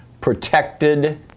protected